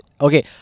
Okay